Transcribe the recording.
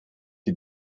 die